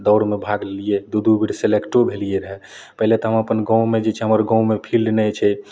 दौड़मे भाग लेलियै दू दू बेर सेलेक्टो भेलिए रहए पहिले तऽ हम अपन गाँवमे जे छै हमर गाँवमे फिल्ड नहि छै